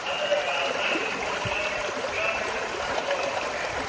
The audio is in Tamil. அதை அதைத்தாண்டி ஒவ்வொரு கிலோ மீட்டருக்கு கிலோ மீட்டருக்கு பாஞ்சு ரூபா வாங்கறோங்க